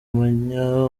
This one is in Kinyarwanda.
umwanya